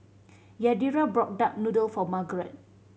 Yadira brought duck noodle for Margrett